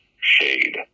shade